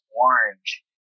orange